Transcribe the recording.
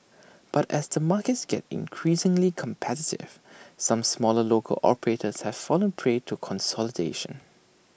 but as the markets gets increasingly competitive some smaller local operators have fallen prey to consolidation